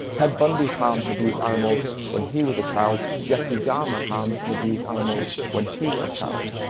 ted bundy harmed and abused animals when he was a child, jeffrey dahmer harmed and abused animals when he was a child.